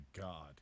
god